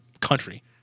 country